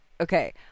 Okay